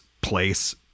place